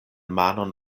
manon